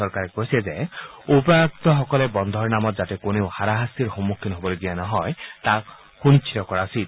চৰকাৰে কৈছে যে উপায়ুক্তসকলে বন্ধৰ নামত যাতে কোনেও হাৰাশাস্তিৰ সন্মুখীন হ'বলগীয়া নহয় তাক সুনিশ্চিত কৰা উচিত